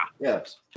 Yes